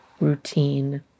routine